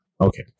Okay